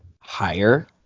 higher